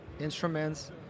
instruments